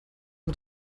mit